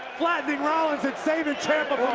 flattening rollins and saving ciampa